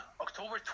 October